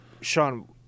Sean